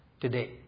today